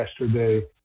yesterday